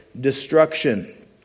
destruction